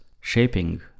shaping